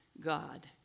God